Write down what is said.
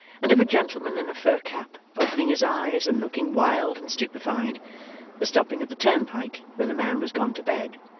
and of a gentleman in a fur cap opening his eyes and looking wild and stupefied the stopping at the turnpike where the man was gone to bed,